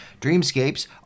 Dreamscapes